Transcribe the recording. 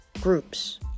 groups